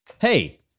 Hey